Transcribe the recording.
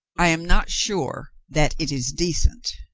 i am not sure that it is decent.